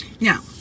now